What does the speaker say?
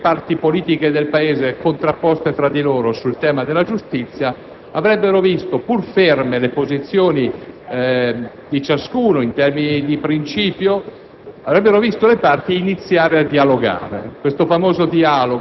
abituati ormai da decenni a vedere le parti politiche del Paese contrapposte fra di loro sul tema della giustizia, se - pur ferme le posizioni di ciascuno in termini di principio